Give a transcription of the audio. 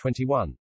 21